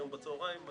היום בצהריים?